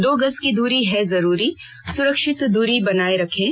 दो गज की दूरी है जरूरी सुरक्षित दूरी बनाए रखें